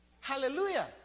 hallelujah